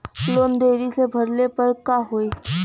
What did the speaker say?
Loan देरी से भरले पर का होई?